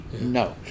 No